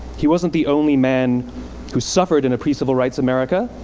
he wasn't the only man who suffered in pre-civil rights america,